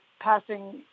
passing